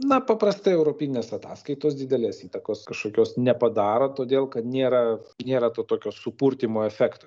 na paprastai europinės ataskaitos didelės įtakos kažkokios nepadaro todėl kad nėra nėra to tokio supurtymo efekto